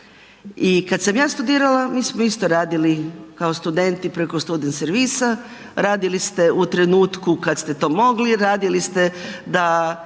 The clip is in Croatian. i kad sam ja studirala mi smo isto radili kao studenti preko student servisa, radili ste u trenutku kad ste to mogli, radili ste da